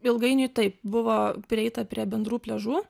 ilgainiui taip buvo prieita prie bendrų pliažų